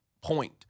point